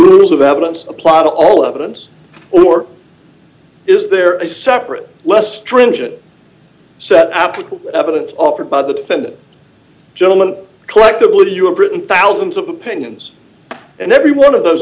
rules of evidence apply to all evidence or is there a separate less stringent set applicable evidence offered by the defendant gentleman collector would you a britain thousands of opinions and every one of those